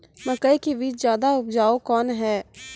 मकई के बीज ज्यादा उपजाऊ कौन है?